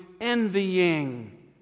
envying